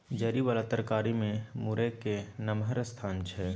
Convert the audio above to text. जरि बला तरकारी मे मूरइ केर नमहर स्थान छै